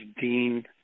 dean